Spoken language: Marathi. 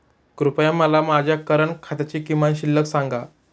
कृपया मला माझ्या करंट खात्याची किमान शिल्लक सांगा